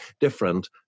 different